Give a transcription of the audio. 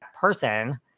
person